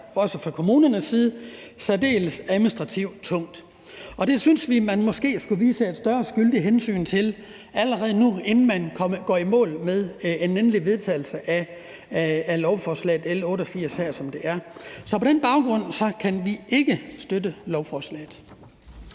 også fra kommunernes side, særdeles administrativt tungt. Det synes vi man måske skulle vise et større skyldigt hensyn til allerede nu, inden man går i mål med en endelig vedtagelse af lovforslag nr. L 88, som det er. På den baggrund kan vi ikke støtte lovforslaget.